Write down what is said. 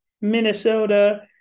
Minnesota